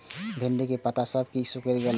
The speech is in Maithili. भिंडी के पत्ता सब किया सुकूरे छे?